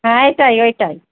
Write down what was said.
হ্যাঁ এটাই এইটাই